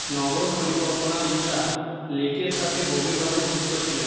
নগর পরিকল্পনাবিদরা লেকের সাথে গভীর ভাবে যুক্ত ছিলেন